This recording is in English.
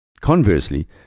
Conversely